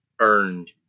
earned